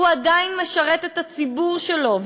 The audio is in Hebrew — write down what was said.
הוא עדיין משרת את הציבור שלו.